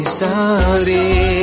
sorry